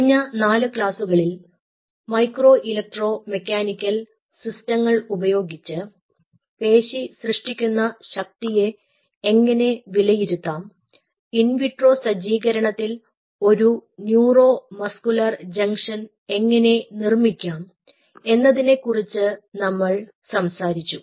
കഴിഞ്ഞ നാല് ക്ലാസുകളിൽ മൈക്രോ ഇലക്ട്രോ മെക്കാനിക്കൽ സിസ്റ്റങ്ങൾ ഉപയോഗിച്ച് പേശി സൃഷ്ടിക്കുന്ന ശക്തിയെ എങ്ങനെ വിലയിരുത്താം ഇൻ വിട്രോ സജ്ജീകരണത്തിൽ ഒരു ന്യൂറോ മസ്കുലർ ജംഗ്ഷൻ എങ്ങനെ നിർമ്മിക്കാം എന്നതിനെക്കുറിച്ച് നമ്മൾ സംസാരിച്ചു